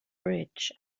bridge